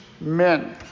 men